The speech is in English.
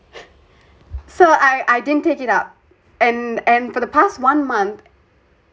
so I I didn't take it up and and for the past one month